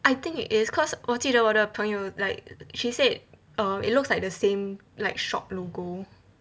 I think it is cause 我记得我的朋友 like she said err it looks like the same like shop logo